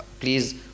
please